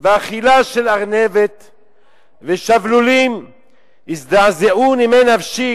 ואכילה של ארנבת ושבלולים הזדעזעו נימי נפשי,